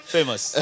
Famous